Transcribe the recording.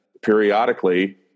periodically